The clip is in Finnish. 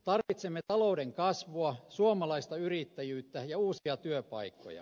tarvitsemme talouden kasvua suomalaista yrittäjyyttä ja uusia työpaikkoja